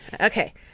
okay